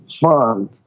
fund